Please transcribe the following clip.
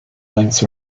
length